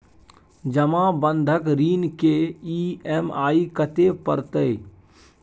जमा बंधक ऋण के ई.एम.आई कत्ते परतै?